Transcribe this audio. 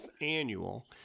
annual